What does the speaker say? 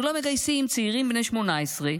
אנחנו לא מגייסים צעירים בני 18,